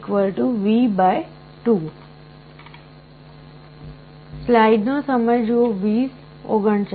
2R 2R 2R V2